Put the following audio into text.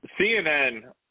CNN